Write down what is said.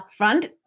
upfront